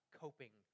coping